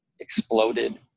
exploded